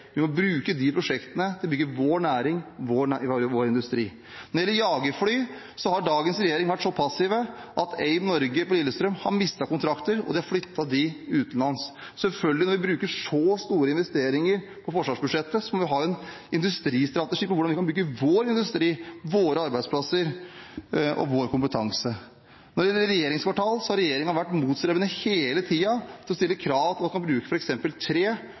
Vi må bruke disse prosjektene til å bygge vår næring og vår industri. Når det gjelder jagerfly, har dagens regjering vært så passive at AIM Norway på Lillestrøm har mistet kontrakter, og de har blitt flyttet utenlands. Når vi har så store investeringer på forsvarsbudsjettet, må vi selvfølgelig ha en industristrategi for hvordan vi kan bygge vår industri, våre arbeidsplasser og vår kompetanse. Når det gjelder regjeringskvartalet, har regjeringen hele tiden vært motstrebende til å stille krav om at man kan bruke f.eks. tre